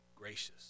gracious